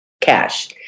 cash